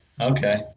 Okay